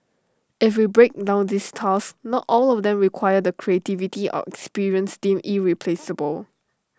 if we break down these tasks not all of them require the creativity or experience deemed irreplaceable